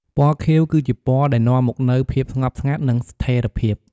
ពណ៌ខៀវ គឺជាពណ៌ដែលនាំមកនូវ ភាពស្ងប់ស្ងាត់ និង ស្ថេរភាព។